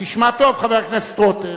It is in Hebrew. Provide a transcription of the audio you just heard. תשמע טוב, חבר הכנסת רותם,